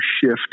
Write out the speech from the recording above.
shift